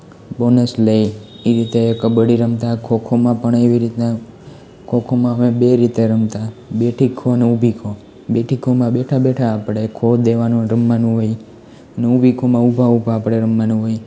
bonus લે એ રીતે કબડ્ડી રમતા ખોખોમાં પણ એવી રીતના ખોખોમાં અમે બે રીતે રમતા બેટી ખોને ઊભી ખો બેઠી ખોમાં બેઠા બેઠા આપણે ખો દેવાનું રમવાનું હોય ને ઊભી ખોમાં ઊભા ઊભા આપણે રમવાનું હોય